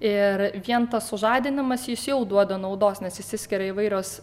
ir vien tas sužadinimas jis jau duoda naudos nes išsiskiria įvairios